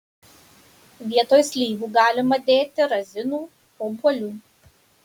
vietoj slyvų galima dėti razinų obuolių